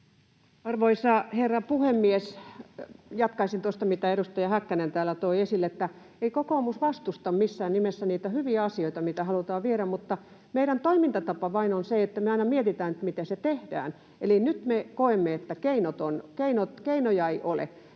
Arvoisa herra puhemies! Jatkaisin tuosta, mitä edustaja Häkkänen täällä toi esille, että ei kokoomus vastusta missään nimessä niitä hyviä asioita, mitä halutaan viedä, mutta meidän toimintatapamme vain on se, että me aina mietitään, miten se tehdään. Eli nyt me koemme, että keinoja ei ole.